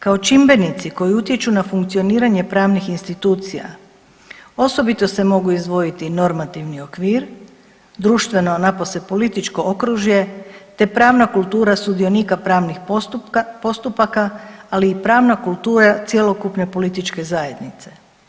Kao čimbenici koji utječu na funkcioniranje pravnih institucija osobito se mogu izdvojiti normativni okvir, društveno napose političko okružje te pravna kultura sudionika pravnih postupaka, ali i pravna kultura cjelokupne političke zajednica.